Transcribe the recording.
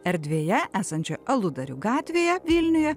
erdvėje esančią aludarių gatvėje vilniuje